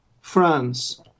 France